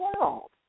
world